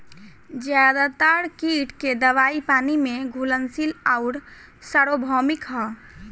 ज्यादातर कीट के दवाई पानी में घुलनशील आउर सार्वभौमिक ह?